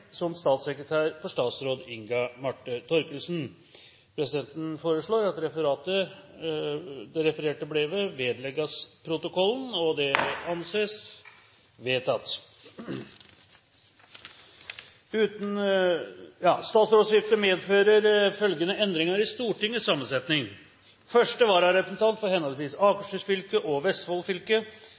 Marte Thorkildsen.» Presidenten foreslår at det refererte brevet vedlegges protokollen. – Det anses vedtatt. Statsrådskiftene medfører følgende endringer i Stortingets sammensetning: Første vararepresentant for henholdsvis Akershus og Vestfold